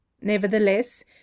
Nevertheless